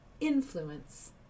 influence